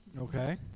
Okay